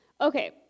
Okay